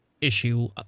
issue